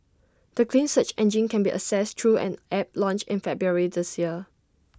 the clean search engine can be accessed through an app launched in February this year